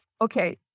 Okay